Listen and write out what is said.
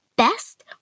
Best